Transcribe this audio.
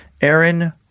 Aaron